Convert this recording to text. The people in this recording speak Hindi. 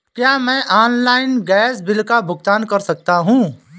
क्या मैं ऑनलाइन गैस बिल का भुगतान कर सकता हूँ?